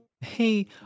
Hey